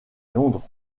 londres